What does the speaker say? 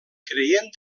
creient